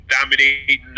dominating